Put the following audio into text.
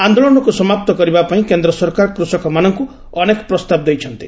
ଆନ୍ଦୋଳନକୁ ସମାପ୍ତ କରିବା ପାଇଁ କେନ୍ଦ୍ର ସରକାର କୃଷକମାନଙ୍କୁ ଅନେକ ପ୍ରସ୍ତାବ ଦେଇଛନ୍ତି